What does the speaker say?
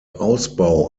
ausbau